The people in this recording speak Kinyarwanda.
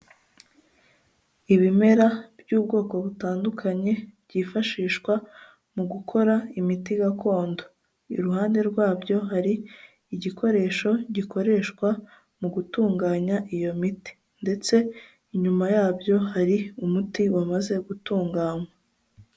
Ibimera by'ubwoko butandukanye byifashishwa mu gukora imiti gakondo, iruhande rwabyo hari igikoresho gikoreshwa mu gutunganya iyo miti ndetse inyuma yabyo hari umuti wamaze gutunganywa.